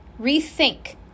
rethink